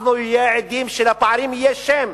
אנחנו נהיה עדים לכך שלפערים יהיה שם.